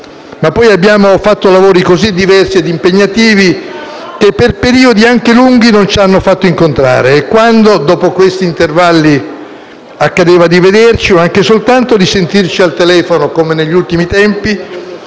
ma poi abbiamo fatto lavori così diversi e impegnativi che per periodi anche lunghi non ci hanno fatto incontrare e quando, dopo questi intervalli, accadeva di vederci o anche soltanto di sentirci al telefono, come negli ultimi tempi,